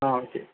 ஆ okay